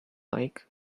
like